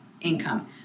income